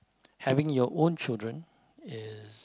having your own children is